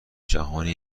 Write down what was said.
جهانی